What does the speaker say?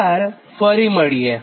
આભારફરી મળીએ